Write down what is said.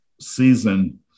season